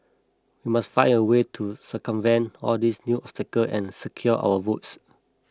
we must find a way to circumvent all these new obstacle and secure our votes